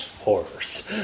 horrors